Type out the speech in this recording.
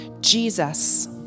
Jesus